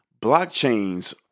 blockchains